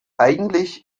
eigentlich